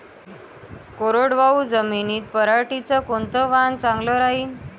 कोरडवाहू जमीनीत पऱ्हाटीचं कोनतं वान चांगलं रायीन?